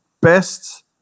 best